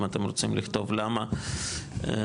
אם אתם רוצים לכתוב למה --- אדוני,